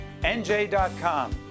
NJ.com